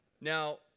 now